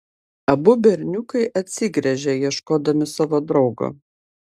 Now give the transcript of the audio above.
abu berniukai atsigręžė ieškodami savo draugo